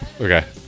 Okay